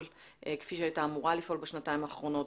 כפי שהייתה אמורה לפעול בשנתיים האחרונות,